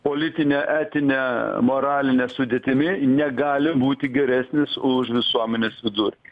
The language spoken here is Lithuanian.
politine etine moraline sudėtimi negali būti geresnis už visuomenės vidurkį